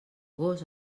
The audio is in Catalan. gos